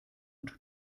und